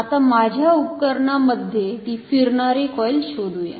आता माझ्या उपकरणामध्ये ती फिरणारी कॉईल शोधुया